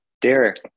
Derek